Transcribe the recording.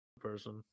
Person